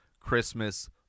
Christmas